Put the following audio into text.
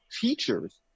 teachers